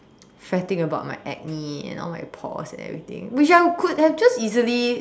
frantic about my acne and all my pores and everything which I could have just easily